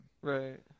Right